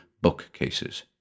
bookcases